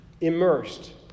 Immersed